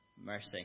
mercy